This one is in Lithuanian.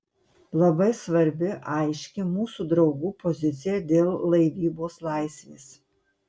labai svarbi aiški mūsų draugų pozicija dėl laivybos laisvės